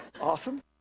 awesome